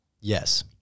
Yes